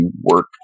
work